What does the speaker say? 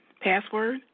Password